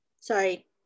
Sorry